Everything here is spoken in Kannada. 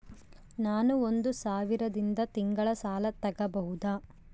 ನಾನು ಒಂದು ಸಾವಿರದಿಂದ ತಿಂಗಳ ಸಾಲ ತಗಬಹುದಾ?